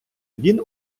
він